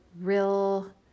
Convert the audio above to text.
real